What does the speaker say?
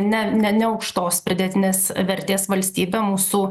ne ne neaukštos pridėtinės vertės valstybė mūsų